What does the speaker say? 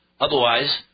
Otherwise